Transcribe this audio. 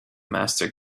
master